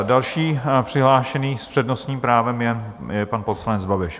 Další přihlášení s přednostním právem je pan poslanec Babiš.